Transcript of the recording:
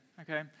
okay